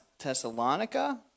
Thessalonica